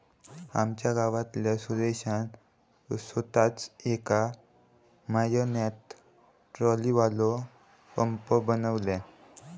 आमच्या गावातल्या सुरेशान सोताच येका म्हयन्यात ट्रॉलीवालो पंप बनयल्यान